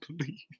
please